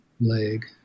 leg